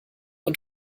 und